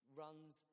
runs